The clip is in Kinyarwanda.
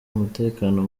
umutekano